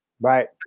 right